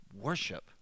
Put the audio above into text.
worship